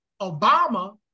Obama